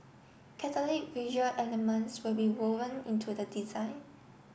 catholic visual elements will be woven into the design